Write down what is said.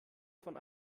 von